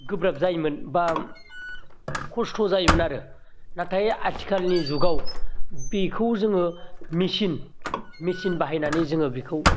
गोब्राब जायोमोन बा खस्थ' जायोमोन आरो नाथाय आथिखालनि जुगाव बिखौ जोङो मेचिन मेचिन बाहायनानै जोङो बिखौ